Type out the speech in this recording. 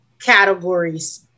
categories